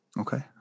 Okay